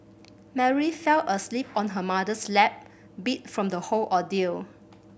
Mary fell asleep on her mother's lap beat from the whole ordeal